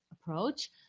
approach